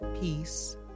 peace